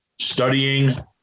studying